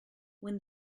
when